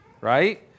right